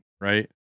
right